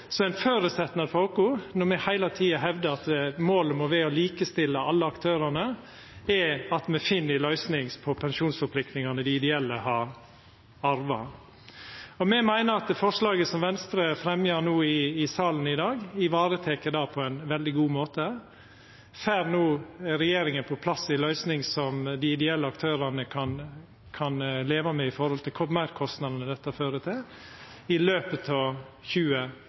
ein føresetnad for oss – når me heile tida hevdar at målet må vera å likestilla alle aktørane – er at me finn ei løysing på pensjonsforpliktingane dei ideelle har arva. Me meiner at forslaget som Venstre fremjar i salen i dag, varetek dette på ein veldig god måte. Dersom regjeringa no får på plass ei løysing som dei ideelle aktørane kan leva med når det gjeld meirkostnadene dette fører til – i løpet av